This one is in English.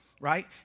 Right